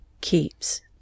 Keeps